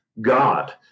God